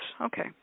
Okay